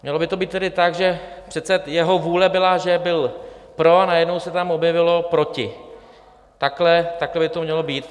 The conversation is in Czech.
Mělo by to být tedy tak, že přece jeho vůle byla, že byl pro, a najednou se tam objevilo proti, takhle by to mělo být.